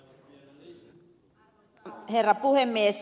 arvoisa herra puhemies